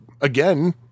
again